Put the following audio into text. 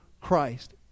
christ